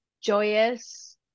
joyous